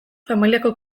familiako